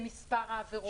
למספר העבירות,